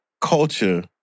culture